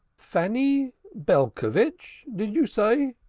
fanny belcovitch, did you say?